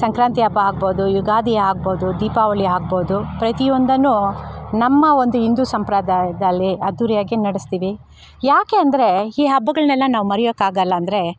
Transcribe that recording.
ಸಂಕ್ರಾಂತಿ ಹಬ್ಬ ಆಗಬೋದು ಯುಗಾದಿ ಆಗಬೋದು ದೀಪಾವಳಿ ಆಗಬೋದು ಪ್ರತಿಯೊಂದನ್ನು ನಮ್ಮ ಒಂದು ಹಿಂದೂ ಸಂಪ್ರದಾಯದಲ್ಲಿ ಅದ್ಧೂರಿಯಾಗಿ ನಡೆಸ್ತೀವಿ ಯಾಕೆ ಅಂದರೆ ಈ ಹಬ್ಬಗಳ್ನೆಲ್ಲ ನಾವು ಮರೆಯೋಕ್ಕಾಗೊಲ್ಲ ಅಂದರೆ